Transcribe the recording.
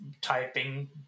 typing